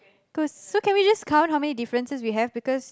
cause so can we just count how many differences we have because